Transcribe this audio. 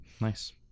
Nice